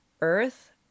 earth